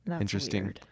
Interesting